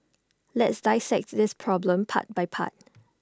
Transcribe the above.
let's dissect this problem part by part